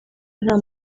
nta